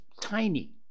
tiny